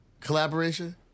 collaboration